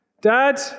Dad